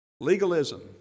Legalism